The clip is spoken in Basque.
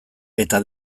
eta